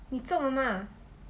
你种了吗